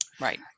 Right